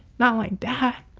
not like that.